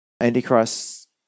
Antichrist